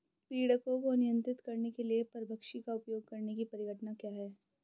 पीड़कों को नियंत्रित करने के लिए परभक्षी का उपयोग करने की परिघटना क्या है?